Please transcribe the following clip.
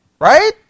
Right